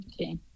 okay